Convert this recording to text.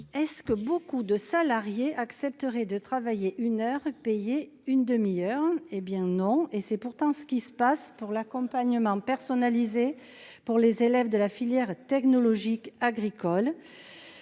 Est ce que beaucoup de salariés accepteraient de travailler une heure payer une demi-heure, hé bien non, et c'est pourtant ce qui se passe. Pour l'accompagnement personnalisé pour les élèves de la filière technologique agricole,